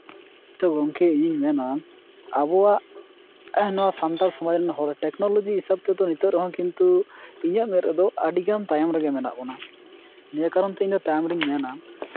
ᱛᱳ ᱜᱚᱢᱠᱮ ᱤᱧ ᱢᱮᱱᱟ ᱟᱵᱚᱣᱟᱜ ᱱᱚᱣᱟ ᱥᱟᱱᱛᱟᱲ ᱥᱚᱢᱟᱡᱽ ᱨᱮᱱ ᱦᱚᱲ ᱴᱮᱠᱱᱳᱞᱚᱡᱤ ᱦᱤᱥᱟᱹᱵ ᱛᱮᱫᱚ ᱱᱤᱛᱚᱜ ᱨᱮᱦᱚᱸ ᱠᱤᱱᱛᱩ ᱤᱧᱟᱹᱜ ᱢᱮᱫ ᱨᱮᱫᱚ ᱟᱹᱰᱤᱜᱟᱱ ᱛᱟᱭᱚᱢ ᱨᱮᱜᱮ ᱢᱮᱱᱟᱜ ᱵᱚᱱᱟ ᱱᱤᱭᱟᱹ ᱠᱟᱨᱚᱱᱛᱮ ᱤᱧᱫᱚ ᱛᱟᱭᱚᱢ ᱨᱤᱧ ᱢᱮᱱᱟ